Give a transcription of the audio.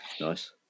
Nice